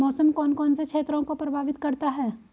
मौसम कौन कौन से क्षेत्रों को प्रभावित करता है?